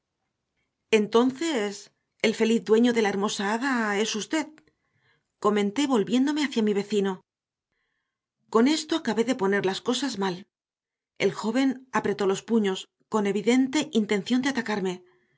entonces el feliz dueño de la hermosa hada es usted comenté volviéndome hacía mi vecino con esto acabé de poner las cosas mal el joven apretó los puños con evidente intención de atacarme